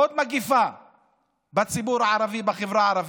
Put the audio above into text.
עוד מגפה בציבור הערבי, בחברה הערבית: